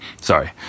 Sorry